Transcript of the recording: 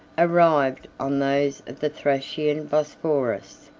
arrived on those of the thracian bosphorus.